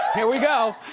here we go.